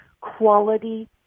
quality